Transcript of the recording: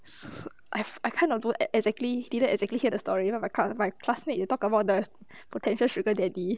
I I kind of do exactly didn't exactly hear the story about my cards my classmate you talk about the potential sugar daddy